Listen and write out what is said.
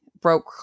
broke